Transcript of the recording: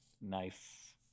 Nice